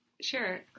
Sure